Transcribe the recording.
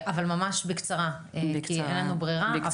ממש בקצרה כי אין לנו ברירה.